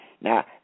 Now